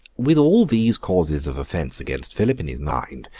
with all these causes of offence against philip in his mind,